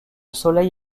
soleil